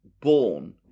born